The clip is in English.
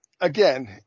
again